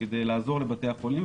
לעזור לבתי החולים,